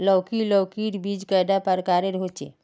लौकी लौकीर बीज कैडा प्रकारेर होचे?